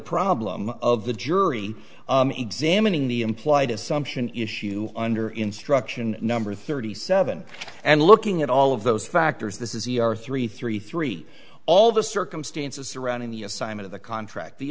problem of the jury examining the implied assumption issue under instruction number thirty seven and looking at all of those factors this is e r three three three all the circumstances surrounding the assignment the contract the